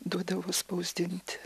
duodavo spausdinti